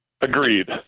Agreed